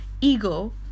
ego